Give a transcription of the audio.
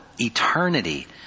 eternity